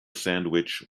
sandwich